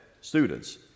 students